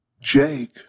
Jake